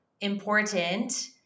important